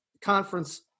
Conference